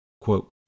Quote